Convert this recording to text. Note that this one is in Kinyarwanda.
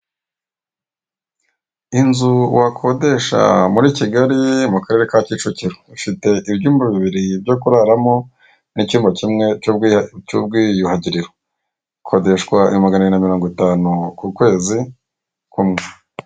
Inzu wakodesha muri Kigali mu karere ka Cyicukiro ifite ibyumba bibiri byo kuraramo n'icyumba kimwe cy'ubwiyuhagiriro, ikodeshwa ibihumbi maganabiri na mirongo itanu ku kwezi kumwe.